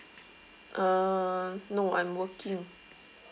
uh no I'm working